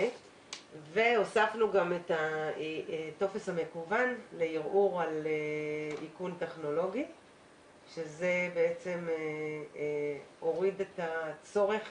הוספנו גם את הטופס המקוון לערעור על איכון טכנולוגי שזה הוריד את הצורך